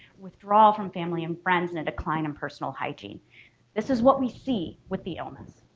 withdrawal from family and friends and a decline in personal hygiene this is what we see with the illness.